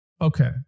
Okay